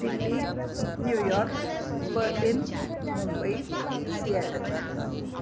Delhi New York Berlin Mumbai Seattle